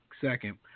second